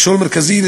מכשול מרכזי